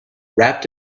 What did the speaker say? wrapped